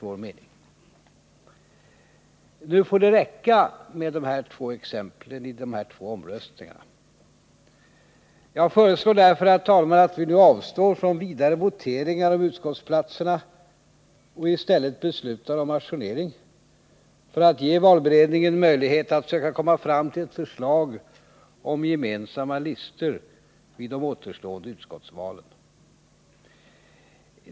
Det får räcka med de exempel på detta som visats genom de två omröstningar som företagits. Jag föreslår därför, herr talman, att vi nu avstår från vidare voteringar om utskottsplatserna och i stället beslutar om ajournering för att ge valberedningen möjlighet att komma fram till ett förslag om gemensamma listor för de återstående utskottsvalen.